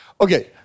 okay